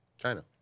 China